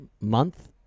month